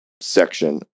section